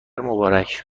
مبارک